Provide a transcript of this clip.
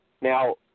Now